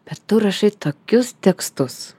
bet tu rašai tokius tekstus